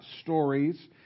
stories